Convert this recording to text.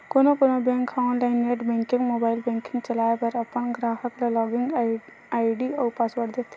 कोनो कोनो बेंक ह online net banking, mobile banking चलाए बर अपन गराहक ल लॉगिन आईडी अउ पासवर्ड देथे